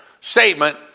statement